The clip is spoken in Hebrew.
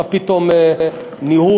יש לך פתאום ניהול,